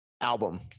Album